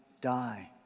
die